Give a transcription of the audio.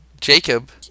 Jacob